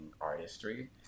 artistry